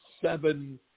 seven